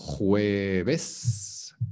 jueves